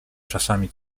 czasami